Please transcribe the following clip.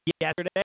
yesterday